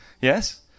Yes